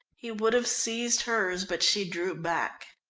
he would have seized hers, but she drew back.